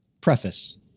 Preface